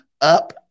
up